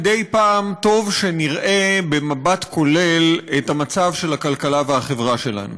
מדי פעם טוב שנראה במבט כולל את המצב של הכלכלה והחברה שלנו.